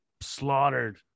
slaughtered